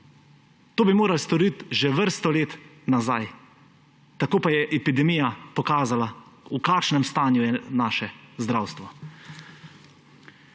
To bi morali storiti že vrsto let nazaj. Tako pa je epidemija pokazala, v kakšnem stanju je naše zdravstvo.